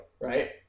right